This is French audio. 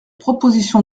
proposition